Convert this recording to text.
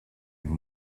even